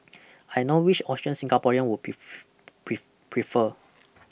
I know which option Singaporeans would prefer